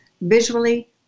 visually